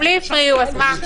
גם לי הפריעו, אז מה?